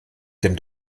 dem